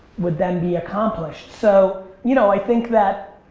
would then be accomplished so, you know, i think that